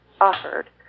offered